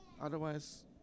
otherwise